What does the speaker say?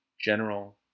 general